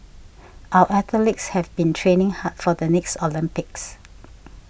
our athletes have been training hard for the next Olympics